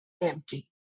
empty